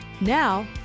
Now